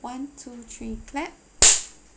one two three clap